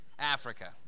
Africa